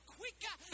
quicker